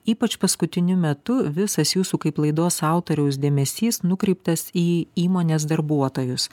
ypač paskutiniu metu visas jūsų kaip laidos autoriaus dėmesys nukreiptas į įmonės darbuotojus